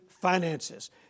finances